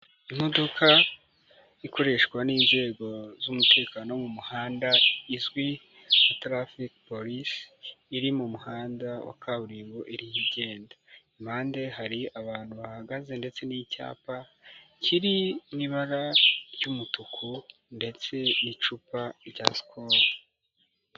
Imodoka ikoreshwa n'inzego z'umutekano mu muhanda izwi nka Traffic Police iri mu muhanda wa kaburimbo irimo igenda, impande hari abantu bahagaze ndetse n'icyapa kiri mu ibara ry'umutuku ndetse n'icupa rya Skol.